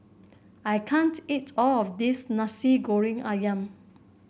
I can't eat all of this Nasi Goreng ayam